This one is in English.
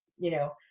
you know,